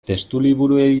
testuliburuei